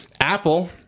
apple